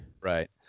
Right